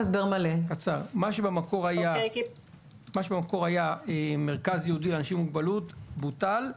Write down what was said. מה שבמקור היה מרכז ייעודי לאנשים עם מוגבלות בוטל,